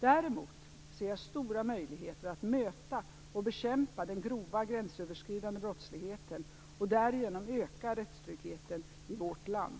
Däremot ser jag stora möjligheter att möta och bekämpa den grova gränsöverskridande brottsligheten och därigenom öka rättstryggheten i vårt land.